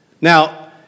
Now